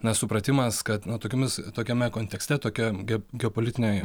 na supratimas kad na tokiomis tokiame kontekste tokia ge geopolitinėj